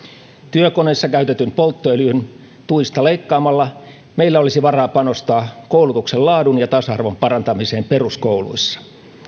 työkoneissa käytetyn polttoöljyn tuista leikkaamalla meillä olisi varaa panostaa koulutuksen laadun ja tasa arvon parantamiseen peruskouluissa